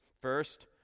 First